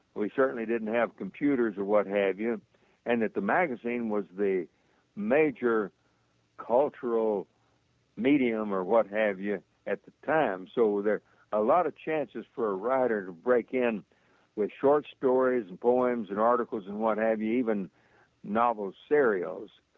we certainly didn't have computers or what have you and that the magazine was the major cultural medium or what have you at the time so there are a lot of chances for a writer to break in with short stories, poems and articles and what have you even novel series.